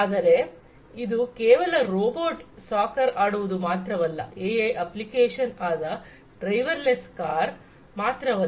ಆದರೆ ಇದು ಕೇವಲ ರೋಬೋಟ್ ಸಾಕರ್ ಆಡುವುದು ಮಾತ್ರವಲ್ಲ ಎಐ ಅಪ್ಲಿಕೇಶನ್ ಆದ ಡ್ರೈವರ್ ಲೆಸ್ ಕಾರ್ ಮಾತ್ರವಲ್ಲ